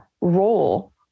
role